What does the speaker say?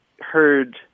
heard